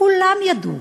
כולם ידעו,